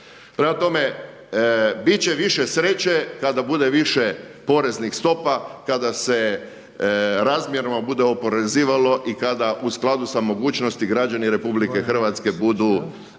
Prema tome, bit će više sreće kada bude više porezni stopa, kada se razmjerno bude oporezivalo i kada u skladu sa mogućnosti građani RH budu